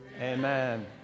amen